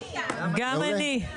גם אני.